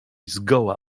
zgoła